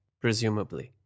presumably